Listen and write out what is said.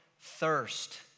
thirst